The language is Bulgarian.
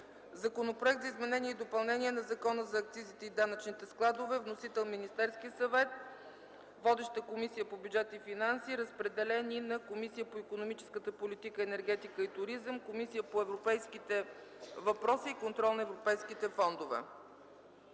Законопроект за изменение и допълнение на Закона за акцизите и данъчните складове. Вносител е Министерският съвет. Водеща е Комисията по бюджет и финанси. Разпределен е и на Комисията по икономическата политика, енергетика и туризъм и на Комисията по европейските въпроси и контрол на европейските фондове;